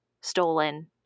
stolen